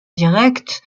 direct